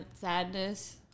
Sadness